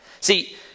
See